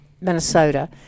Minnesota